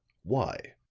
why?